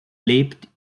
lebt